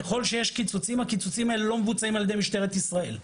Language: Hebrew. ככל שיש קיצוצים הקיצוצים האלה לא מבוצעים על ידי משטרת ישראל.